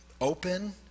open